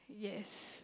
yes